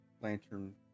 lantern